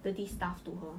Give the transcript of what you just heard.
dirty stuff to her